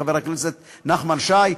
חבר הכנסת נחמן שי,